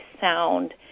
sound